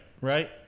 Right